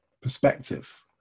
perspective